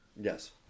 Yes